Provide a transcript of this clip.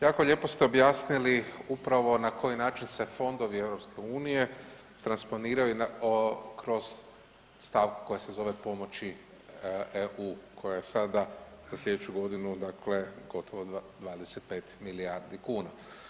Jako lijepo ste objasnili upravo na koji način se fondovi EU transponiraju kroz stavku koja se zove pomoći EU, koja je sada za sljedeću godinu, dakle, gotovo 25 milijardi kuna.